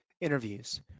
interviews